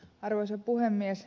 arvoisa puhemies